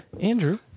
Andrew